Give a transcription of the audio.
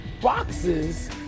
boxes